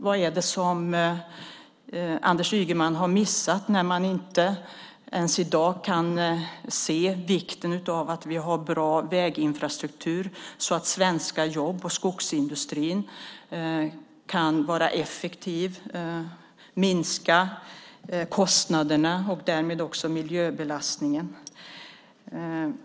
Vad är det Anders Ygeman har missat när han inte ens i dag kan se vikten av att vi har bra väginfrastruktur för att främja svenska jobb genom att skogsindustrin kan vara effektiv, minska kostnaderna och därmed också miljöbelastningen?